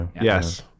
yes